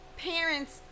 parents